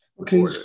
Okay